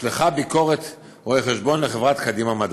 נשלחה ביקורת רואה חשבון לחברת "קדימה מדע".